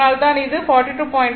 8 10